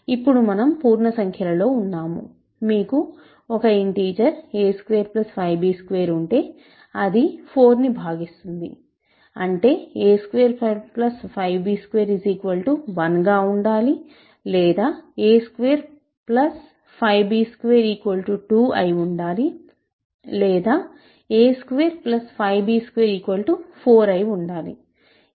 ఇప్పుడు మనం పూర్ణ సంఖ్యల లో ఉన్నాము మీకు ఒక ఇంటిజర్ a25b2ఉంటే అది 4 ను భాగిస్తుంది అంటే a25b2 1 గా ఉండాలి లేదా a25b2 2 అయి ఉండాలి లేదా a25b24 అయిఉండాలి